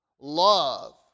love